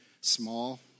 small